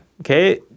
okay